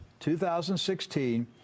2016